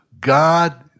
God